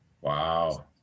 Wow